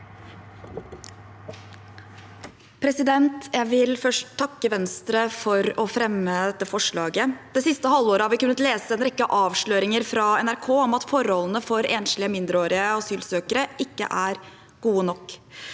Jeg vil først takke Venstre for å ha fremmet dette forslaget. Det siste halvåret har vi kunnet lese en rekke avsløringer fra NRK om at forholdene for enslige mindreårige asylsøkere ikke er gode nok.